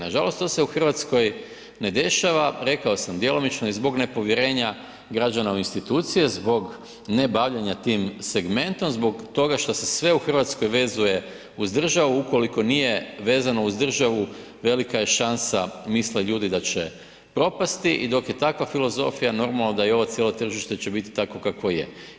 Nažalost to se u RH ne dešava, rekao sam djelomično i zbog nepovjerenja građana u institucije, zbog ne bavljenja tim segmentom, zbog toga šta se sve u RH vezuje uz državu, ukoliko nije vezano uz državu velika je šansa, misle ljudi da će propasti i dok je takva filozofija normalno da i ovo cijelo tržište će bit takvo kakvo je.